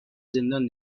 زندان